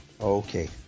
okay